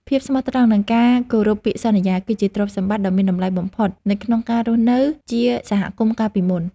ភាពស្មោះត្រង់និងការគោរពពាក្យសន្យា គឺជាទ្រព្យសម្បត្តិដ៏មានតម្លៃបំផុតនៅក្នុងការរស់នៅជាសហគមន៍កាលពីមុន។